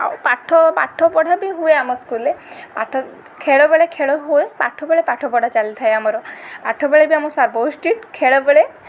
ଆଉ ପାଠ ପାଠପଢ଼ା ବି ହୁଏ ଆମ ସ୍କୁଲରେ ପାଠ ଖେଳ ବେଳେ ଖେଳ ହୁଏ ପାଠ ବେଳେ ପାଠ ପଢ଼ା ଚାଲିଥାଏ ଆମର ପାଠ ବେଳେ ବି ଆମ ସାର୍ ବହୁତ ଷ୍ଟ୍ରିକ୍ଟ ଖେଳ ବେଳେ